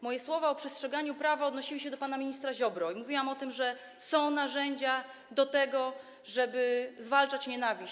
Moje słowa o przestrzeganiu prawa odnosiły się do pana ministra Ziobry i mówiłam o tym, że są narzędzia do tego, żeby zwalczać nienawiść.